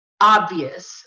obvious